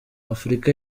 afurika